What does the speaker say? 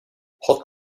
hot